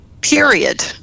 period